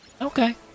Okay